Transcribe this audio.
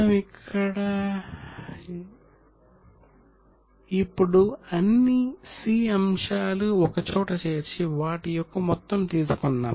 ఇక్కడ మనం ఇప్పుడు అన్ని C అంశాలు ఒక చోట చేర్చి వాటి యొక్క మొత్తం తీసుకున్నాము